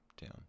down